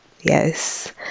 Yes